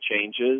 changes